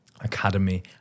academy